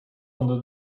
under